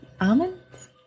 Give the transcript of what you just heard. almonds